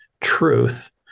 truth